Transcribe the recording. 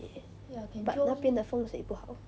but 那边的风水不好